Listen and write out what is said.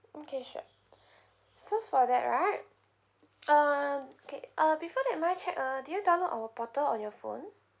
okay sure so for that right um okay uh before that may I check uh did you download our portal on your phone